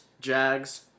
Jags